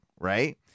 right